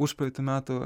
užpraeitų metų